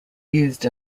used